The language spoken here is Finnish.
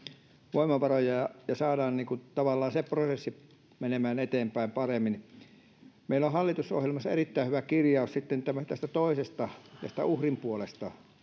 voimavaroja ja saadaan se prosessi menemään eteenpäin paremmin meillä on hallitusohjelmassa erittäin hyvä kirjaus sitten tästä toisesta tästä uhrin puolesta